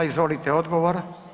Izvolite odgovor.